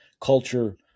Culture